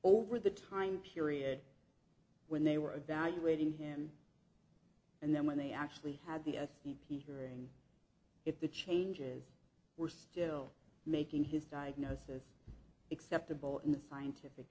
over the time period when they were evaluating him and then when they actually had the s p p here and if the changes were still making his diagnosis acceptable in the scientific